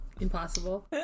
Impossible